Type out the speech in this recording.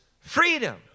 freedom